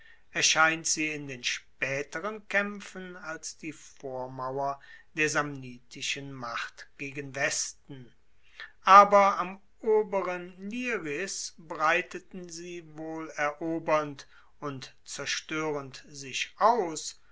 erscheint sie in den spaeteren kaempfen als die vormauer der samnitischen macht gegen westen aber am oberen liris breiteten sie wohl erobernd und zerstoerend sich aus